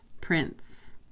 Prince